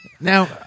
Now